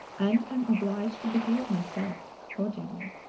and am obliged to behave myself accordingly.